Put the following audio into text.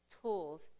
tools